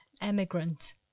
Emigrant